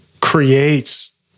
creates